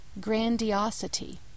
Grandiosity